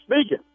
speaking